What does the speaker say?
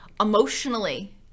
emotionally